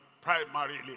primarily